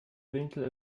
winkel